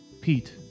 Pete